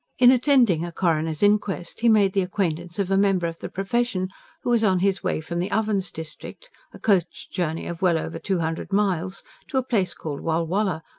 in attending a coroner's inquest, he made the acquaintance of a member of the profession who was on his way from the ovens district a coach journey of well over two hundred miles to a place called walwala,